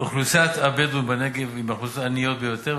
אוכלוסיית הבדואים בנגב היא מהאוכלוסיות העניות ביותר,